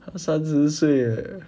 她三十岁叻